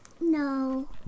no